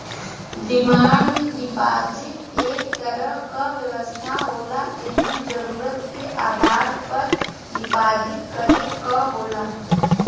demand deposit एक तरह क व्यवस्था होला जेमन जरुरत के आधार पर डिपाजिट करे क होला